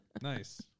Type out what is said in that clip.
Nice